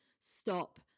stop